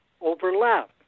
overlap